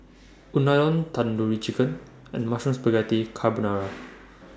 Unadon Tandoori Chicken and Mushroom Spaghetti Carbonara